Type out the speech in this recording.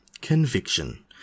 Conviction